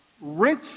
rich